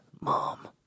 Mom